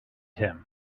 him